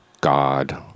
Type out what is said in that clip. God